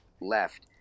left